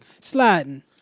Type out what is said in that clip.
Sliding